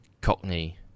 Cockney